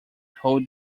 hold